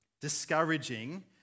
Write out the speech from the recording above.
discouraging